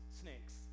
snakes